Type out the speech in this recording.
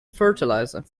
fertilizer